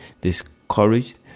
discouraged